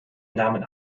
nahmen